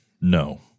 no